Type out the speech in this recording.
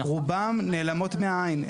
רובן נעלמות מהעין.